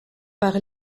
par